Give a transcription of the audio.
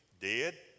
Dead